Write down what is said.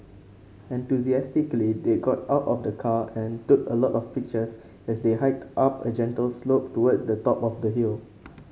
enthusiastically they got out of the car and took a lot of pictures as they hiked up a gentle slope towards the top of the hill